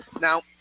now